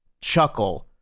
chuckle